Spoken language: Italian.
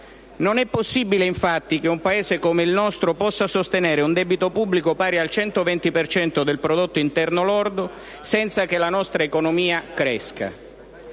Non è possibile, infatti, che un Paese come il nostro possa sostenere un debito pubblico pari al 120 per cento del prodotto interno lordo, senza che la nostra economia cresca.